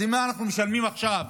אז אם אנחנו משלמים עכשיו